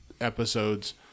episodes